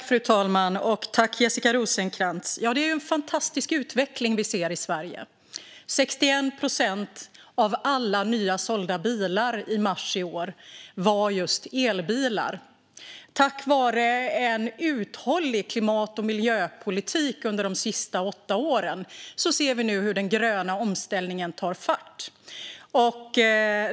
Fru talman! Ja, det är en fantastisk utveckling vi ser i Sverige. Av alla nya bilar sålda i mars i år var 61 procent just elbilar. Tack vare en uthållig klimat och miljöpolitik under de senaste åtta åren ser vi nu hur den gröna omställningen tar fart.